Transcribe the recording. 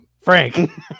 Frank